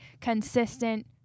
consistent